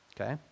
Okay